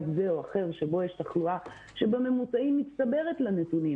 זה או אחר שבו יש תחלואה שבממוצעים מצטברת לנתונים